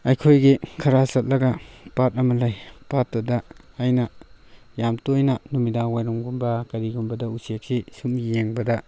ꯑꯩꯈꯣꯏꯒꯤ ꯈꯔ ꯆꯠꯂꯒ ꯄꯥꯠ ꯑꯃ ꯂꯩ ꯄꯥꯠꯇꯨꯗ ꯑꯩꯅ ꯌꯥꯝ ꯇꯣꯏꯅ ꯅꯨꯃꯤꯗꯥꯡ ꯋꯥꯏꯔꯝꯒꯨꯝꯕ ꯀꯔꯤꯒꯨꯝꯕꯗ ꯎꯆꯦꯛꯁꯤ ꯁꯨꯝ ꯌꯦꯡꯕꯗ